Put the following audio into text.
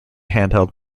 handheld